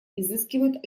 изыскивают